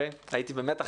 הייתי במתח רב